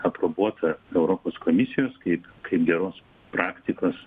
aprobuota europos komisijos kaip geros praktikos